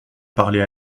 parlé